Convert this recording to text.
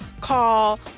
call